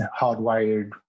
Hardwired